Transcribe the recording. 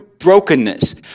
brokenness